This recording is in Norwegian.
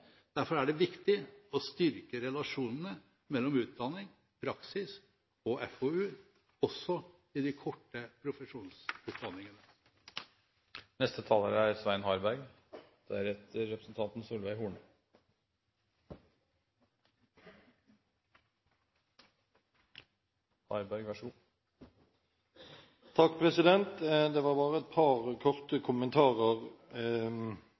Derfor er det viktig å styrke relasjonene mellom utdanning, praksis og FoU, også i de korte